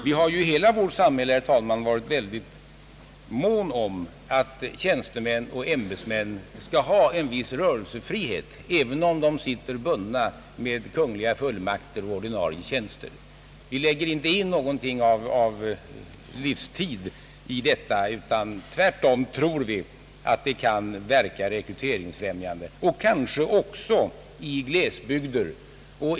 Vi har ju i hela vårt samhälle, herr talman, varit synnerligen måna om att tjänstemän och ämbetsmän skall ha en viss rörelsefrihet, även om de är bundna med kungliga fuilmakter och ordinarie tjänster. Vi lägger inte någon livstidsaspekt utan tror tvärtom att frånvaron härav kan verka rekryteringsfrämjande också i glesbygder.